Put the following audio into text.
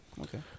Okay